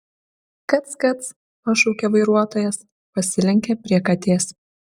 kac kac pašaukė vairuotojas pasilenkė prie katės